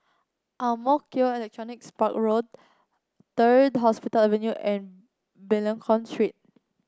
Ang Mo Kio Electronics Park Road Third Hospital Avenue and Benlenco Street